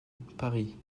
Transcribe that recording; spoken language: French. paris